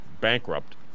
bankrupt